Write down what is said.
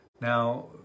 Now